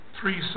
three